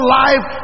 life